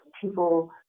people